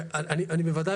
אני בוודאי,